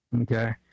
Okay